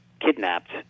kidnapped